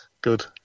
good